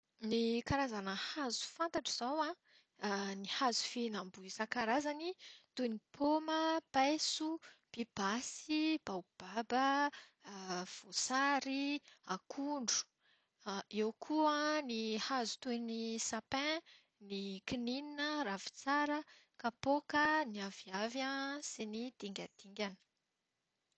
Ny karazana hazo fantatro izao an, ny hazo fihinam-boa isankarazany toy ny paoma, paiso, pibasy, baobaba, voasary, akondro. Eo koa ny hazo toy ny sapin, ny kininina, ravintsara, kapoka, ny aviavy sy ny dingadingana.